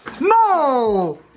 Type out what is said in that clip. No